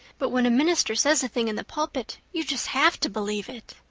but when a minister says a thing in the pulpit you just have to believe it.